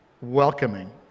welcoming